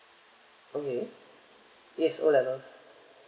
okay yes O levels